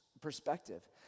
perspective